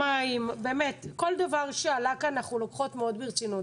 באמת כל דבר שעלה כאן אנחנו לוקחות מאוד ברצינות